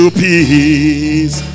peace